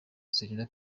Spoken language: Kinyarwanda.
zirinda